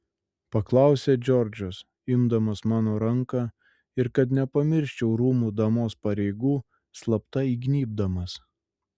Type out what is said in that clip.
paklausė džordžas imdamas mano ranką ir kad nepamirščiau rūmų damos pareigų slapta įgnybdamas